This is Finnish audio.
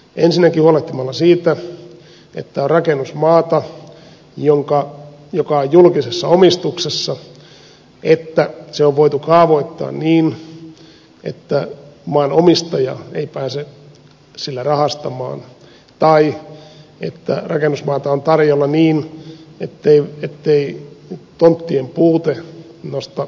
ensinnäkin huolehtimalla siitä että on rakennusmaata joka on julkisessa omistuksessa että se on voitu kaavoittaa niin että maan omistaja ei pääse sillä rahastamaan tai että rakennusmaata on tarjolla niin ettei tonttien puute nosta hintoja kohtuuttomuuksiin